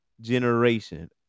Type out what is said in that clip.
generation